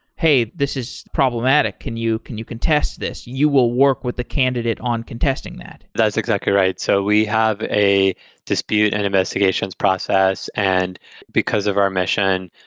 hey, this is problematic. can you can you contest this? you will work with the candidate on contesting that. that is exactly right. so we have a dispute and investigations process, and because of our mission,